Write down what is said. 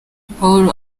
pawulo